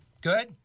good